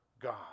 God